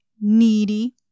needy